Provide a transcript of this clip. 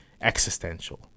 existential